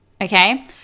okay